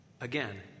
Again